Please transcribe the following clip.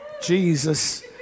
Jesus